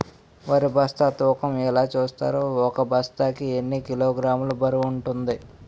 వరి బస్తా తూకం ఎలా చూస్తారు? ఒక బస్తా కి ఎన్ని కిలోగ్రామ్స్ బరువు వుంటుంది?